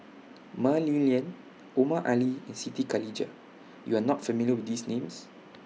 Mah Li Lian Omar Ali and Siti Khalijah YOU Are not familiar with These Names